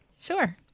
Sure